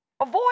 Avoid